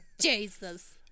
Jesus